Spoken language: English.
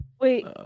Wait